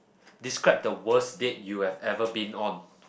describe the worst date you have ever been on